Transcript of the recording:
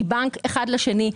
מבנק אחד לשני.